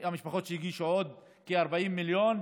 המשפחות הגישו עוד כ-40 מיליון,